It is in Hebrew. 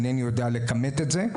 אינני יודע לכמת את זה.